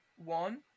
One